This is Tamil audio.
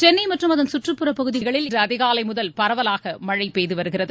சென்னை மற்றும் அதன் சுற்றுப்புற பகுதிகளில் இன்று அதிகாலை முதல் பரவலாக மழை பெய்து வருகிறது